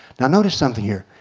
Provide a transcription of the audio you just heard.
and notice something here.